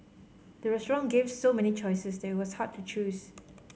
the restaurant gave so many choices they was hard to choose